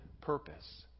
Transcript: purpose